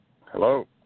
Hello